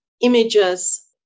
images